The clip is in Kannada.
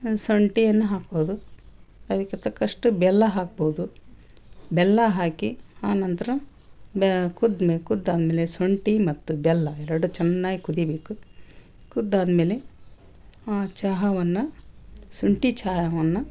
ಶುಂಟಿಯನ್ನ ಹಾಕೋದು ಅದಕ್ಕೆ ತಕ್ಕಷ್ಟು ಬೆಲ್ಲ ಹಾಕ್ಬೋದು ಬೆಲ್ಲ ಹಾಕಿ ಆ ನಂತರ ಬ್ಯಾ ಕುದ್ಮೆ ಕುದ್ದಾದ್ಮೇಲೆ ಶುಂಟಿ ಮತ್ತು ಬೆಲ್ಲ ಎರಡು ಚೆನ್ನಾಗ್ ಕುದಿಯಬೇಕು ಕುದ್ದಾದ್ಮೇಲೆ ಆ ಚಹಾವನ್ನ ಶುಂಟಿ ಚಹಾವನ್ನ